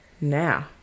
now